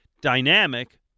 dynamic